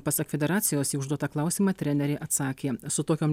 pasak federacijos į užduotą klausimą trenerė atsakė su tokiom